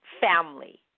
family